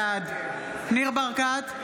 בעד ניר ברקת,